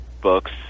books